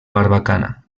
barbacana